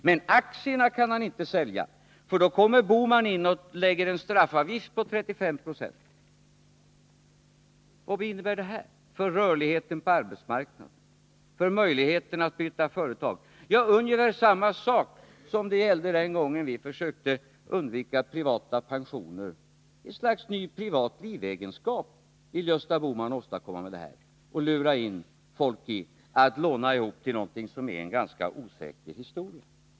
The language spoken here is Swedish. Men aktierna kan han inte sälja, för då kommer Gösta Bohman in och lägger på en straffavgift på 35 96. Vad innebär detta för rörligheten på arbetsmarknaden, för möjligheten för en anställd att byta företag? Ja, det innebär ungefär samma sak som gällde vid den tiden då vi försökte undvika privata pensioner. Gösta Bohman vill med detta åstadkomma ett slags ny privat livegenskap och lura folk att låna ihop till någonting som är en ganska osäker historia.